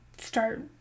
start